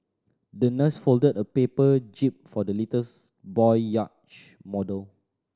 the nurse folded a paper jib for the little boy yacht model